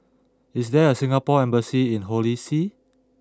is there a Singapore embassy in Holy See